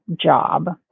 job